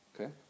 Okay